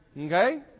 Okay